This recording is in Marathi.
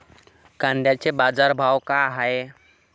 कांद्याचे बाजार भाव का हाये?